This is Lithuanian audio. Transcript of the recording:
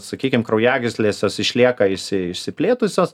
sakykim kraujagyslės jos išlieka išsi išsiplėtusios